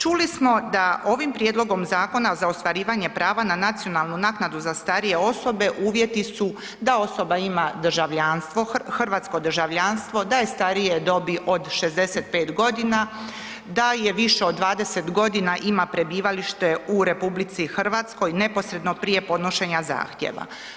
Čuli smo da ovim prijedlogom zakona za ostvarivanje prava na nacionalnu naknadu za starije osobe uvjeti su da osoba ima hrvatsko državljanstvo, da je starije dobi od 65 g., da više od 20 g. ima prebivalište u RH neposredno prije podnošenja zahtjeva.